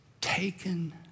taken